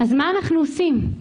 אז מה אנחנו עושים?